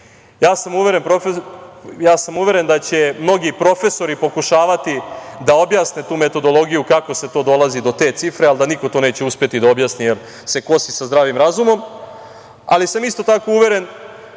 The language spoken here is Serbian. sam uveren da će mnogi profesori pokušavati da objasne tu metodologiju kako se to dolazi do te cifre, ali da niko to neće uspeti da objasni jer se kosi sa zdravim razumom. Isto tako sam uveren